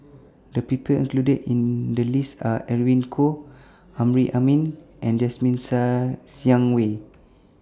The People included in The list Are Edwin Koo Amrin Amin and Jasmine Ser Xiang Wei